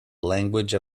language